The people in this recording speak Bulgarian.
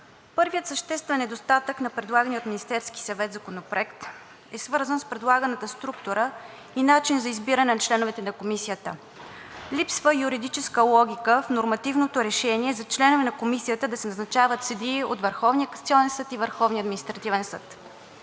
Първият съществен недостатък на предлагания от Министерския съвет Законопроект е свързан с предлаганата структура и начин за избиране на членовете на Комисията. Липсва юридическа логика в нормативното решение за членове на комисията да се назначават съдии от Върховния касационен съд и Върховния административен съд.